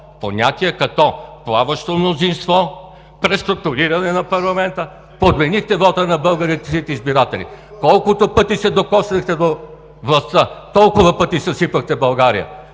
понятия като „плаващо мнозинство“, „преструктуриране на парламента“, подменихте вота на българските си избиратели. Колкото пъти се докоснахте до властта, толкова пъти съсипахте България.